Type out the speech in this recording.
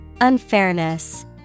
Unfairness